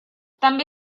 també